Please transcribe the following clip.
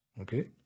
okay